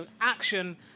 action